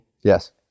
yes